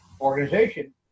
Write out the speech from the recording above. organization